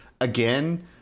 again